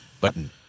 Button